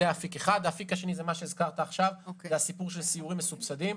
האפיק השני הוא הסיפור של סיורים מתוקצבים,